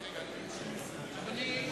רבותי,